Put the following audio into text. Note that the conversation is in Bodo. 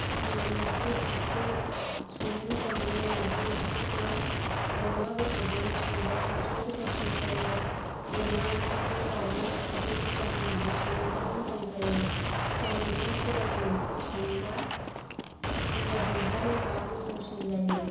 आङो नार्जि ओंख्रि संनो मोजां मोनो नार्जि ओंख्रिखौ अमा बेदरजों संब्ला साबसिन गोथावसिन जायो अनला ओंख्रिखौ दाउजों खारदै बुरजा होनानै सङोब्ला मोजां जायो सामुजों सबाइजों सङोब्ला गंगार दुनदिया होयोब्ला गोथावसिन जायो